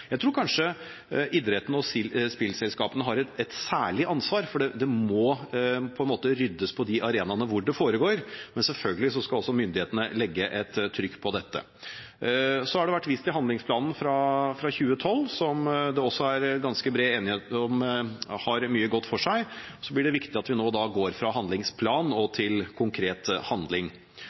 Jeg tror kanskje idretten og spillselskapene har et særlig ansvar, for det må på en måte ryddes på de arenaene hvor det foregår. Men selvfølgelig skal også myndighetene legge et trykk på dette. Så har det vært vist til handlingsplanen fra 2012, som det også er ganske bred enighet om har mye godt for seg. Så blir det viktig at vi går fra handlingsplan og til konkret handling.